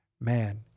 man